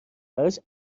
براش